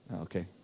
Okay